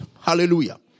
Hallelujah